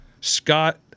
Scott